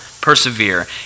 persevere